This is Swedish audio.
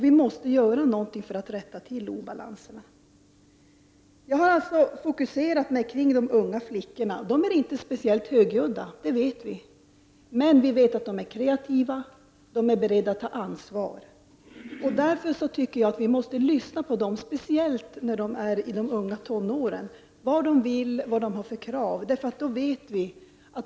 Vi måste göra något för att rätta till obalanserna. Jag har alltså fokuserat mig på de unga flickorna. Vi vet att de inte är speciellt högljudda, men vi vet också att de är kreativa och beredda att ta ansvar. Jag tycker därför att vi måste lyssna på dem, speciellt på dem som är i de lägre tonåren.